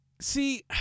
See